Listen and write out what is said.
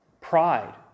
pride